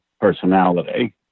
personality